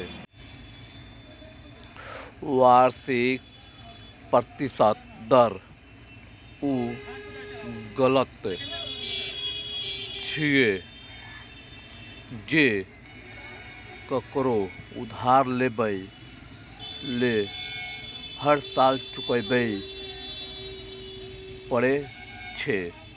वार्षिक प्रतिशत दर ऊ लागत छियै, जे ककरो उधार लेबय लेल हर साल चुकबै पड़ै छै